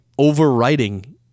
overwriting